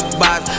box